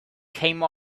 came